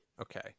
Okay